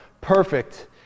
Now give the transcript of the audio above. Perfect